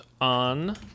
on